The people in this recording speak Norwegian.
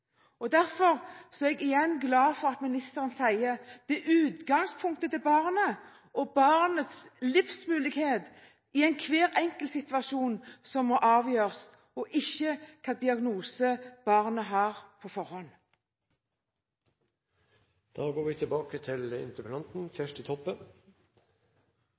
Derfor er jeg igjen glad for at ministeren sier at det er utgangspunktet til barnet og barnets livsmulighet som må avgjøres i hver enkelt situasjon, og ikke hvilken diagnose barnet har på forhånd. Hjarteleg takk til